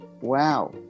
Wow